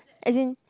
as in